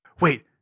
Wait